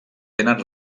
tenen